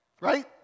right